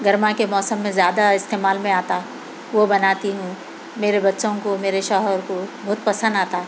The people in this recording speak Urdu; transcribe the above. گرما کے موسم میں زیادہ استعمال میں آتا وہ بناتی ہوں میرے بچوں کو میرے شوہر کو بہت پسند آتا